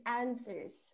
answers